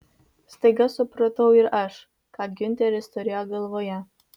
staiga supratau ir aš ką giunteris turėjo galvoje